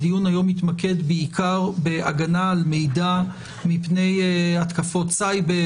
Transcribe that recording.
הדיון היום התמקד בעיקר בהגנה על מידע מפני התקפות סייבר,